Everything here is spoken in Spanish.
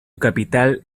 capital